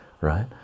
right